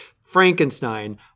Frankenstein